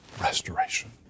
restoration